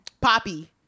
Poppy